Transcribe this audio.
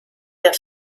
der